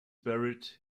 buried